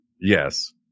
Yes